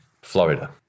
Florida